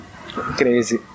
Crazy